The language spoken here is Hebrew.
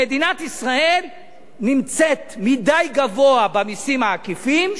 שמדינת ישראל נמצאת מדי גבוה במסים העקיפים,